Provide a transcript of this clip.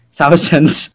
thousands